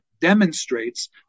demonstrates